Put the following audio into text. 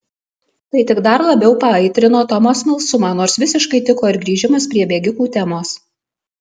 tai tik dar labiau paaitrino tomo smalsumą nors visiškai tiko ir grįžimas prie bėgikų temos